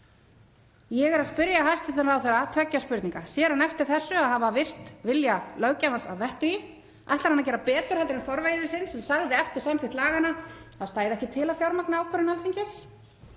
Ég er að spyrja hæstv. ráðherra tveggja spurninga. Sér hann eftir því að hafa virt vilja löggjafans að vettugi? Ætlar hann að gera betur heldur en forveri sinn sem sagði eftir samþykkt laganna að það stæði ekki til að fjármagna ákvörðun Alþingis?